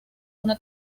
una